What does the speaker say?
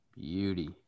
Beauty